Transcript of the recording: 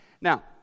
Now